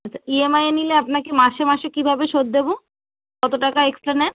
আচ্ছা ইএমআই এ নিলে আপনাকে মাসে মাসে কীভাবে শোধ দেবো কত টাকা এক্সট্রা নেন